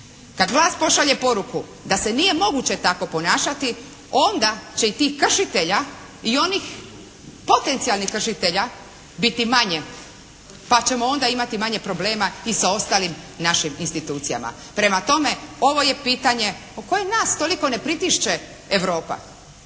Kad vlast pošalje poruku da se nije moguće tako ponašati onda će i tih kršitelja i onih potencijalnih kršitelja biti manje pa ćemo onda imati manje problema i sa ostalim našim institucijama. Prema tome, ovo je pitanje o kojem nas toliko ne pritišće Europa.